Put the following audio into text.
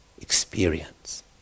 experience